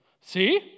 see